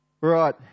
Right